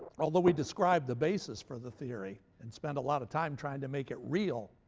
although we describe the basis for the theory and spend a lot of time trying to make it real.